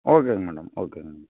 ஓகேங்க மேடம் ஓகேங்க